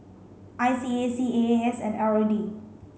I C A C A A S and R O D